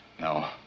No